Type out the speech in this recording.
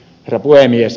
herra puhemies